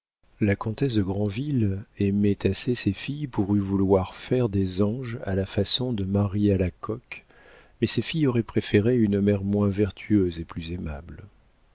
la comtesse de granville aimait assez ses filles pour en vouloir faire des anges à la façon de marie alacoque mais ses filles auraient préféré une mère moins vertueuse et plus aimable